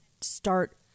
start